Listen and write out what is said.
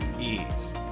ease